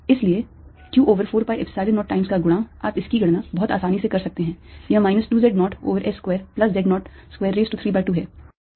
इसलिए q over 4 pi Epsilon 0 times का गुणा आप इसकी गणना बहुत आसानी से कर सकते हैं यह minus 2 z naught over s square plus z naught square raise to 3 by 2 है